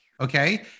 Okay